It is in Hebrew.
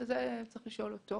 את זה צריך לשאול אותו.